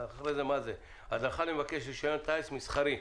UPRT הדרכה למבקש רישיון טיס מסחרי.